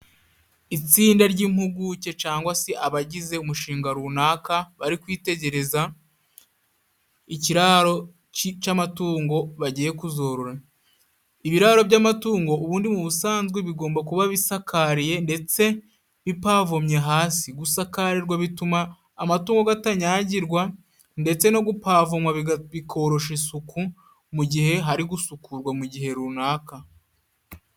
Itsinda ry'impuguke cyangwa se abagize umushinga runaka, bari kwitegereza ikiraro c'amatungo bagiye kuzorora. Ibiraro by'amatungo ubundi mu busanzwe bigomba kuba bisakariye ndetse bipavomye hasi, gusakarirwa bituma amatungo gatanyagirwa ndetse no gupavomwa bikorosha isuku, mu gihe hari gusukurwa mu gihe runaka.